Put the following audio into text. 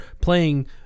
playing